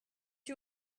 you